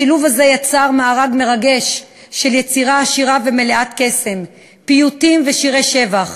השילוב הזה יצר מארג מרגש של יצירה עשירה ומלאת קסם: פיוטים ושירי שבח,